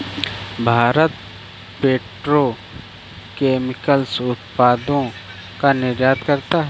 Bharat petrochemicals उत्पादों का निर्यात करता है